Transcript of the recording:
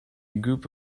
group